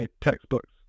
textbooks